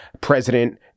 President